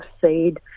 seed